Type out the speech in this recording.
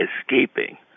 escaping